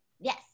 Yes